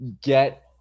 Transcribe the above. get